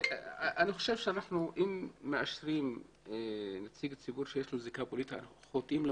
אם יש לו זיקה אישית, פוליטית או כלכלית.